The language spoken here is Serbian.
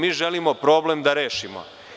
Mi želimo problem da rešimo.